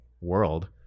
world